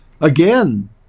Again